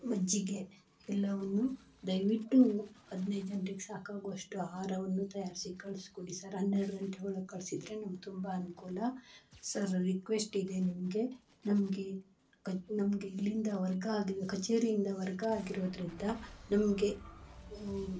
ಮಜ್ಜಿಗೆ ಎಲ್ಲವನ್ನೂ ದಯವಿಟ್ಟು ಹದಿನೈದು ಜನ್ರಿಗೆ ಸಾಕಾಗುವಷ್ಟು ಆಹಾರವನ್ನು ತಯಾರಿಸಿ ಕಳ್ಸಿ ಕೊಡಿ ಸರ್ ಹನ್ನೆರಡು ಗಂಟೆ ಒಳಗೆ ಕಳಿಸಿದ್ರೆ ನಮ್ಗೆ ತುಂಬ ಅನುಕೂಲ ಸರ್ ರಿಕ್ವೆಸ್ಟ್ ಇದೆ ನಿಮಗೆ ನಮಗೆ ಕ ನಮಗೆ ಇಲ್ಲಿಂದ ವರ್ಗ ಆಗಿವೆ ಕಚೇರಿಯಿಂದ ವರ್ಗ ಆಗಿರೋದ್ರಿಂದ ನಮಗೆ